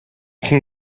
can